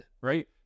right